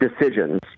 decisions